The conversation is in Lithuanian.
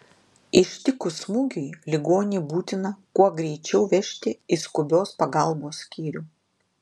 ištikus smūgiui ligonį būtina kuo greičiau vežti į skubios pagalbos skyrių